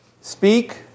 Speak